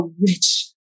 rich